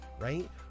right